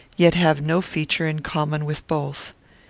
yet have no feature in common with both.